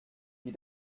die